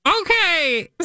Okay